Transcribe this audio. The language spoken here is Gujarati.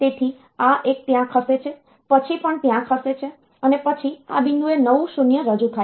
તેથી આ એક ત્યાં ખસે છે પછીનું પણ ત્યાં ખસે છે અને પછી આ બિંદુએ નવું 0 રજૂ થાય છે